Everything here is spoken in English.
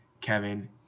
Kevin